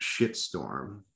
Shitstorm